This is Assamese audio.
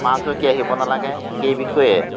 পাছ হুহকি আহিব নালাগে সেই বিষয়ে